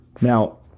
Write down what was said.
Now